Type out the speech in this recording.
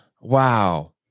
Wow